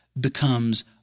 becomes